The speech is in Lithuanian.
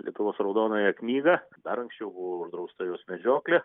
lietuvos raudonąją knygą dar anksčiau buvo uždrausta jos medžioklė